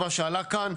מה שעלה כאן,